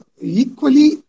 equally